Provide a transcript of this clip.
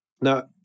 Now